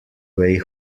way